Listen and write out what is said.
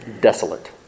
desolate